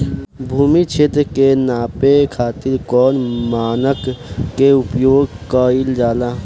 भूमि क्षेत्र के नापे खातिर कौन मानक के उपयोग कइल जाला?